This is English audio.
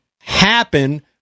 happen